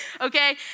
Okay